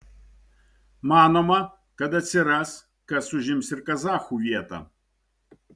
manoma kad atsiras kas užims ir kazachų vietą